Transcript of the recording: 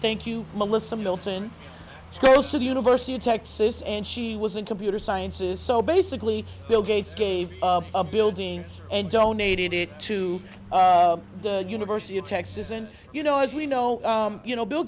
thank you melissa milton also the university of texas and she was in computer sciences so basically bill gates gave a building and donated it to the university of texas and you know as we know you know bill